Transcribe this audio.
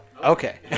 Okay